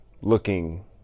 looking